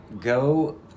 Go